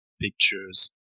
pictures